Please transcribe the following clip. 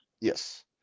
Yes